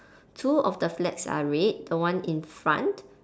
two of the flags are red the one in front